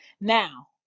Now